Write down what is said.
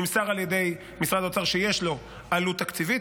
נמסר על ידי משרד האוצר שיש לו עלות תקציבית.